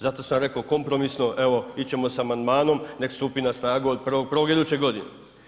Zato sam rekao kompromisno, evo ići ćemo sa amandmanom neka stupi na snagu od 1.1. iduće godine.